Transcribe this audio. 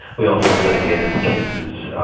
we also litigated the cases